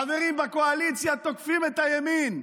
חברים בקואליציה תוקפים את הימין.